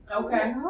Okay